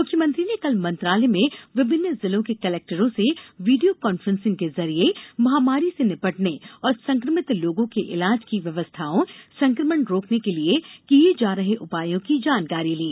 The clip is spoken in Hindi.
मुख्यमंत्री ने कल मंत्रालय में विभिन्न जिलों के कलेक्टरों से वीडियो कॉन्फ्रेंसिंग के जरिए महामारी से निपटने और संक्रमित लोगों के इलाज की व्यवस्थाओं संक्रमण रोकने के लिए किए जा रहे उपायों की जानकारी ली